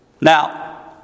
Now